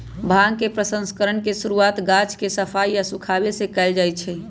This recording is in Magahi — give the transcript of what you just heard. भांग के प्रसंस्करण के शुरुआत गाछ के सफाई आऽ सुखाबे से कयल जाइ छइ